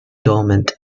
dormant